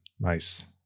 nice